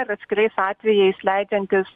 ir atskirais atvejais leidžiantis